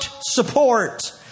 support